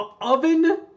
oven